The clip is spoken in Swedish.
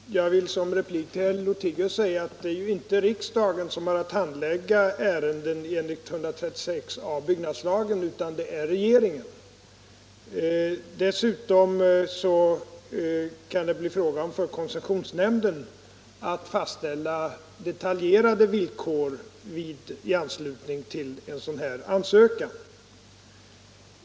Herr talman! Jag vill som replik till herr Lothigius säga att det ju inte är riksdagen som har att handlägga ärenden enligt 136 a § byggnadslagen, utan att det är regeringen. Dessutom kan det för koncessionsnämnden bli fråga om att fastställa detaljerade villkor i anslutning till en sådan ansökan.